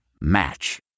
Match